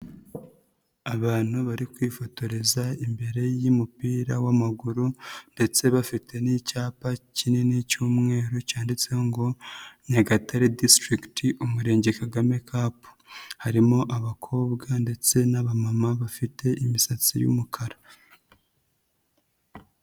Abantu bari kwifotoreza imbere y'umupira w'amaguru ndetse bafite n'icyapa kinini cy'umweru cyanditseho ngo Nyagatare disitirikiti, Umurenge Kagame kapu. Harimo abakobwa ndetse n'abamama bafite imisatsi y'umukara.